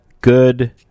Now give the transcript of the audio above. Good